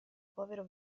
povero